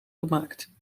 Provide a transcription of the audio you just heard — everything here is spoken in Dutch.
gemaakt